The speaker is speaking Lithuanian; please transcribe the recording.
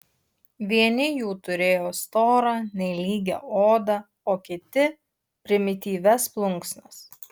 vieni jų turėjo storą nelygią odą o kiti primityvias plunksnas